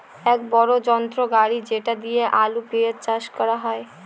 এক বড়ো যন্ত্র গাড়ি যেটা দিয়ে আলু, পেঁয়াজ চাষ করা হয়